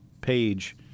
page